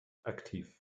aktiv